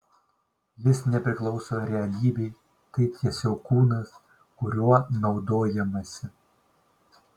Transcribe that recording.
jis nepriklauso realybei tai tiesiog kūnas kuriuo naudojamasi